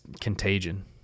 contagion